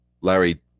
Larry